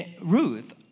Ruth